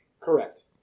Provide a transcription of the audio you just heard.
Correct